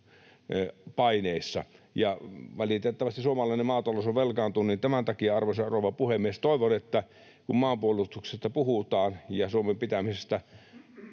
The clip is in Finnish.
ja valitettavasti suomalainen maatalous on velkaantunut. Tämän takia, arvoisa rouva puhemies, toivon, että kun maanpuolustuksesta puhutaan ja Suomen pitämisestä